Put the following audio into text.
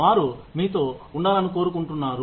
వారు మీతో ఉండాలని కోరుకుంటారు